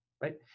right